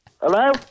Hello